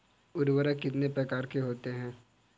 उर्वरक कितने प्रकार के होते हैं?